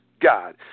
God